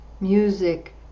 music